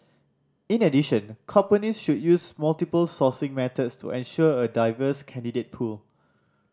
in addition companies should use multiple sourcing methods to ensure a diverse candidate pool